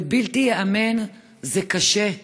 זה בלתי ייאמן, זה קשה.